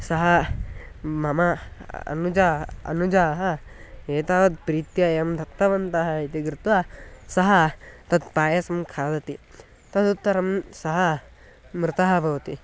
सः मम अनुजा अनुजाः एतावत् प्रीत्या अयं दत्तवन्तः इति कृत्वा सः तत्पायसं खादति तदुत्तरं सः मृतः भवति